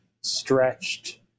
stretched